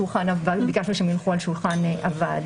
אבל ביקשנו שהם ינוחו על שולחן הוועדה.